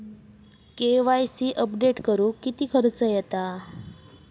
KYC update करुक किती खर्च येता?